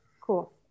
Cool